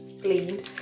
clean